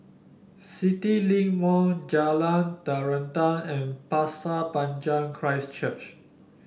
CityLink Mall Jalan Terentang and Pasir Panjang Christ Church